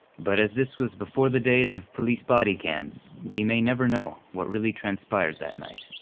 but as this was before the days of police body cams, we may never know what really transpired that night.